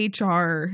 HR